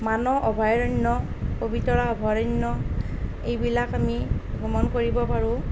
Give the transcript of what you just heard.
মানস অভয়াৰণ্য় পবিতৰা অভয়াৰণ্য় এইবিলাক আমি ভ্ৰমণ কৰিব পাৰোঁ